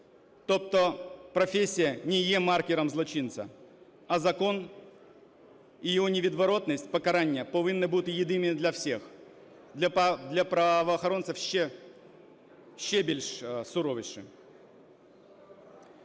Тобто, професія не є маркером злочинця. А закон і його невідворотність покарання повинні бути єдині для всіх, для правоохоронців – ще більш суворішими.